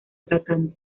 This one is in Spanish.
atacante